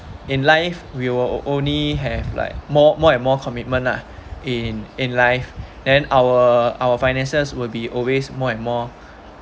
in life we will only have like more more and more commitment lah in in life then our our finances will be always more and more